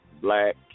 black